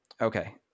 okay